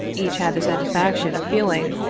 each had the satisfaction of feeling,